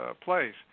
place